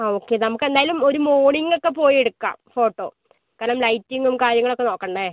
ആ ഓക്കെ നമുക്കെന്തായാലും ഒരു മോണിങ്ങൊക്കെ പോയെടുക്കാം ഫോട്ടോ കാരണം ലൈറ്റിങ്ങും കാര്യങ്ങളൊക്കെ നോക്കണ്ടേ